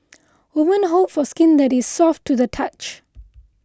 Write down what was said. women hope for skin that is soft to the touch